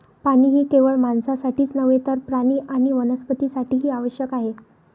पाणी हे केवळ माणसांसाठीच नव्हे तर प्राणी आणि वनस्पतीं साठीही आवश्यक आहे